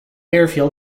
airfield